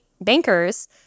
bankers